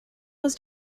was